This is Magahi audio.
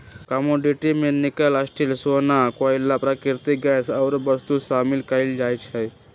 कमोडिटी में निकल, स्टील,, सोना, कोइला, प्राकृतिक गैस आउरो वस्तु शामिल कयल जाइ छइ